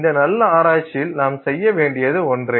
இந்த நல்ல ஆராய்ச்சியில் நாம் செய்ய வேண்டியது ஒன்றே